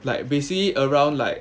like basically around like